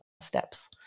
steps